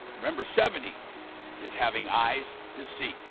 remember seventy is having eyes to see,